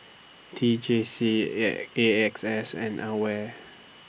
T J C A X S and AWARE